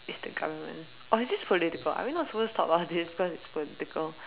it's the government or is this political are we not supposed to talk about this cause it's political